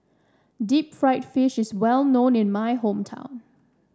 Deep Fried Fish is well known in my hometown